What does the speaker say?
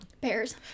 Bears